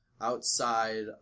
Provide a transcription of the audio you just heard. outside